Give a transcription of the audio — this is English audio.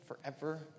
forever